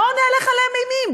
בואו נהלך עליהם אימים,